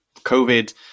COVID